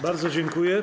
Bardzo dziękuję.